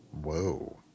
Whoa